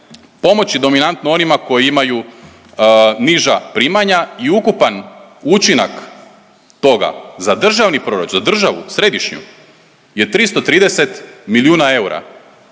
pomoći dominantno onima koji imaju niža primanja i ukupan učinak toga za državni proračun, za državu središnju je 330 milijuna eura.